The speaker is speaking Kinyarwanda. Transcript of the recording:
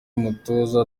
umutoza